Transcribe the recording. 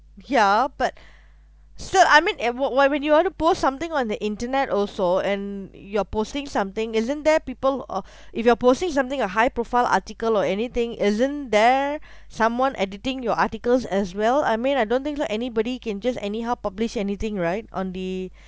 ya but still I mean if wo~ wh~ when you want to put something on the internet also and you're posting something isn't there people or if you are posting something a high profile article or anything isn't there someone editing your articles as well I mean I don't think so anybody can just anyhow publish anything right on the